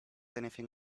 anything